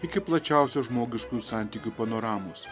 iki plačiausios žmogiškųjų santykių panoramos